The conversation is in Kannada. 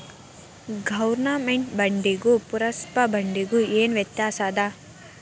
ಗವರ್ಮೆನ್ಟ್ ಬಾಂಡಿಗೂ ಪುರ್ಸಭಾ ಬಾಂಡಿಗು ಏನ್ ವ್ಯತ್ಯಾಸದ